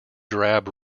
drab